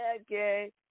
okay